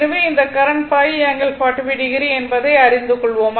எனவே இந்த current 5 ∠45o என்பதை அறிந்து கொள்வோம்